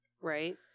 right